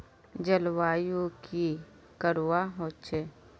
जलवायु की करवा होचे?